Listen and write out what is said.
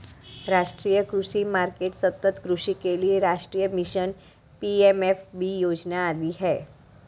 राष्ट्रीय कृषि मार्केट, सतत् कृषि के लिए राष्ट्रीय मिशन, पी.एम.एफ.बी योजना आदि है